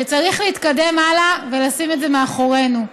שצריך להתקדם הלאה ולשים את זה מאחורינו.